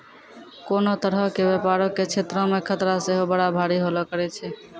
कोनो तरहो के व्यपारो के क्षेत्रो मे खतरा सेहो बड़ा भारी होलो करै छै